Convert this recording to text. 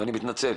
ואני מתנצל,